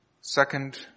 Second